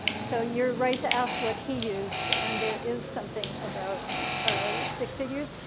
so you're right to ask what he used and there is something about stick figures.